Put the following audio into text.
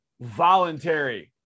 voluntary